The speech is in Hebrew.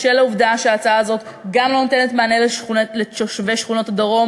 בשל העובדה שההצעה הזאת גם לא נותנת מענה לתושבי שכונות הדרום